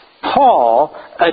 Paul